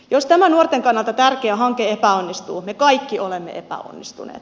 jos tämä nuorten kannalta tärkeä hanke epäonnistuu me kaikki olemme epäonnistuneet